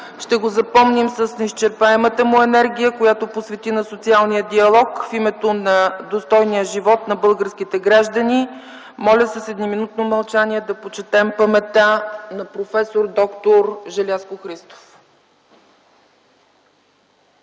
Ще го запомним с неизчерпаемата му енергия, която посвети на социалния диалог в името на достойния живот на българските граждани. Моля с едноминутно мълчание да почетем паметта на проф. д р Желязко Христов.